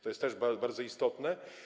To jest też bardzo istotne.